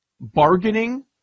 Bargaining